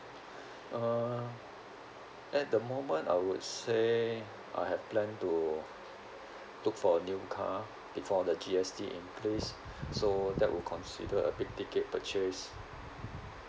uh at the moment I would say I have plan to look for a new car before the G_S_T increase so that would consider a big ticket purchase